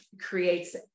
creates